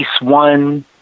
One